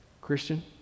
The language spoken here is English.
Christian